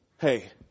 Hey